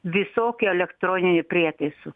visokių elektroninių prietaisų